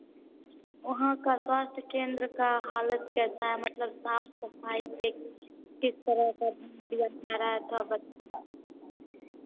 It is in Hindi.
वहाँ का स्वास्थ केंद्र का हालत कैसा है मतलब साफ़ सफ़ाई किस तरह का दिया जा रहा है वह बताइए